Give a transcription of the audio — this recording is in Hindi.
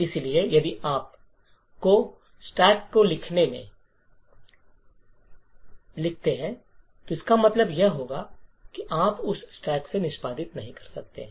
इसलिए यदि आप स्टैक को लिखते हैं तो इसका मतलब यह होगा कि आप उस स्टैक से निष्पादित नहीं कर सकते हैं